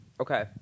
okay